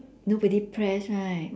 nobody press right